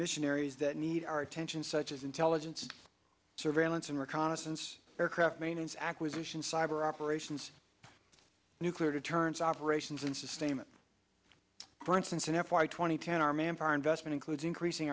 missionaries that need our attention such as intelligence surveillance and reconnaissance aircraft maintenance acquisition cyber operations nuclear deterrence operations in sustainment for instance n f y twenty ten our manpower investment includes increasing